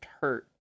hurt